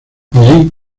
allí